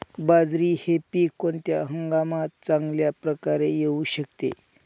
बाजरी हे पीक कोणत्या हंगामात चांगल्या प्रकारे येऊ शकते?